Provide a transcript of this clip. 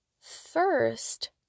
first